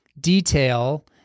detail